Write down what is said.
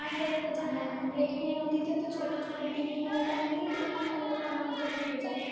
মাছ ধরতে যেমন আমাদের এখানে নদীতে তো ছোটো ছোটো ডিঙি নৌকা নিয়েই এখানকার লোকরা মাছ ধরতে যায়